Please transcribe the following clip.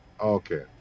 Okay